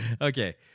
Okay